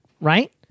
right